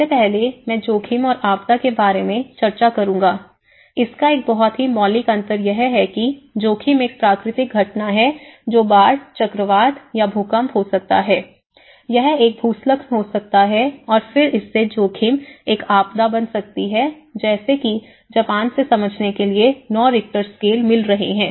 सबसे पहले मैं जोखिम और आपदा के बारे में चर्चा करूंगा इसका एक बहुत ही मौलिक अंतर यह है कि जोखिम एक प्राकृतिक घटना है जो बाढ़ चक्रवात या भूकंप हो सकता है यह एक भूस्खलन हो सकता है और फिर इससे जोखिम एक आपदा बन सकती है जैसे कि जापान से समझने के लिए 9 रिक्टर स्केल मिल रहे हैं